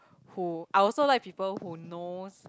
who I also like people who knows